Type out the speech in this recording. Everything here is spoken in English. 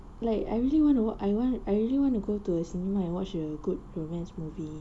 like I really want to what I want I really want to go to a cinema and watch a good romance movie